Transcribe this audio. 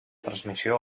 transmissió